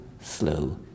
slow